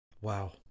Wow